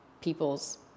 people's